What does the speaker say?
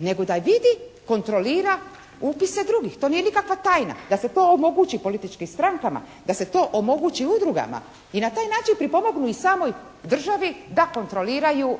nego da vidi, kontrolira upise drugih. To nije nikakva tajna. Da se to omogući političkim strankama, da se to omogući udrugama. I na taj način pripomognu i samoj državi da kontroliraju